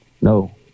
no